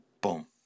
boom